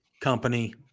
company